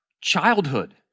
childhood